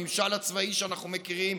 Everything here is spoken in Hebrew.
הממשל הצבאי שאנחנו מכירים,